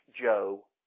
Joe